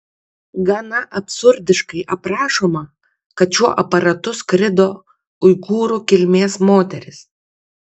gana absurdiškai aprašoma kad šiuo aparatu skrido uigūrų kilmės moteris